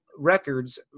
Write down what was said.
Records